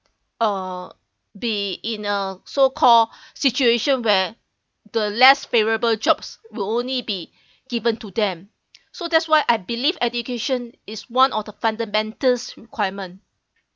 uh be in a so call situation where the less favourable jobs will only be given to them so that's why I believe education is one of the fundamentals requirement